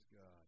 God